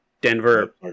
Denver